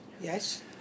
Yes